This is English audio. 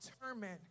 determined